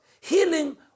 healing